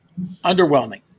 Underwhelming